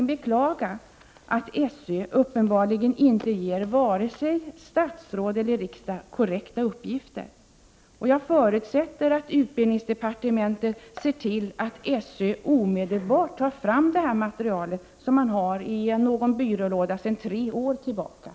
Jag beklagar verkligen att SÖ uppenbarligen inte ger vare sig statsrådet eller riksdagen korrekta uppgifter. Jag förutsätter att utbildningsdepartementet ser till att SÖ omedelbart tar fram det aktuella materialet, som väl legat i någon byrålåda under de här tre åren.